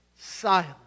silence